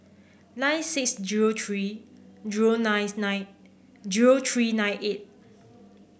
nine six zero three zero ninth nine zero three nine eight